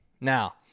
now